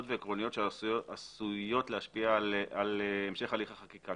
ועקרוניות שעשויות להשפיע על המשך הליך החקיקה.